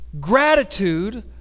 gratitude